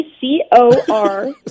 C-O-R